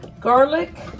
Garlic